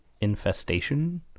infestation